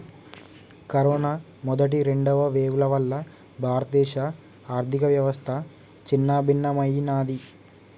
corona మొదటి, రెండవ వేవ్ల వల్ల భారతదేశ ఆర్ధికవ్యవస్థ చిన్నాభిన్నమయ్యినాది